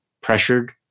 pressured